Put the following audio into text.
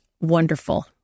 wonderful